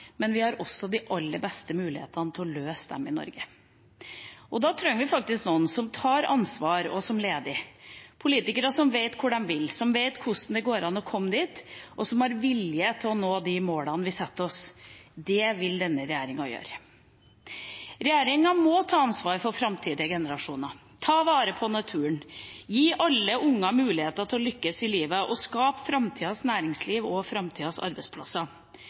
men vi har også de aller beste mulighetene til å løse dem i Norge. Da trenger vi faktisk noen som tar ansvar, og som leder – politikere som vet hvor de vil, som vet hvordan det går an å komme dit, og som har vilje til å nå målene vi setter oss. Det vil denne regjeringa gjøre. Regjeringa må ta ansvar for framtidige generasjoner, ta vare på naturen, gi alle unger mulighet til å lykkes i livet og skape framtidas næringsliv og framtidas arbeidsplasser.